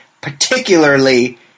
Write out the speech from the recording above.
particularly